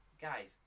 guys